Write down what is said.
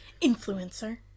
Influencer